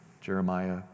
Jeremiah